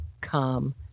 come